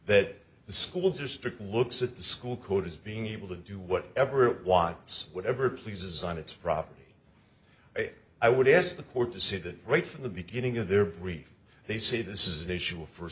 that the school district looks at the school code as being able to do what ever it wants whatever pleases on its property i would ask the court to see that right from the beginning of their brief they say this is an issue for